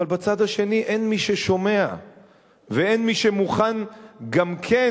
אבל בצד השני אין מי ששומע ואין מי שמוכן גם כן,